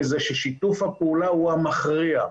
מזה ששיתוף הפעולה הוא המכריע.